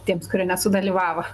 tiems kurie nesudalyvavo